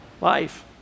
life